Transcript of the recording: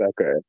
Okay